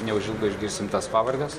neužilgo išgirsim tas pavardes